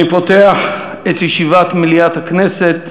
אני פותח את ישיבת מליאת הכנסת.